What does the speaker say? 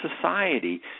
society